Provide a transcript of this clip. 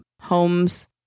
homes